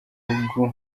icyo